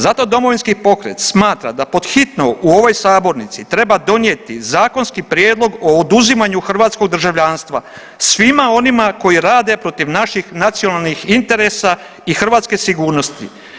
Zato Domovinski pokret smatra da pod hitno u ovoj sabornici treba donijeti zakonski prijedlog o oduzimanju hrvatskog državljanstva svima onima koji rade protiv naših nacionalnih interesa i hrvatske sigurnosti.